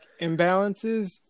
imbalances